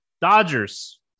Dodgers